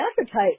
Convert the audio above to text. appetite